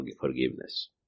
forgiveness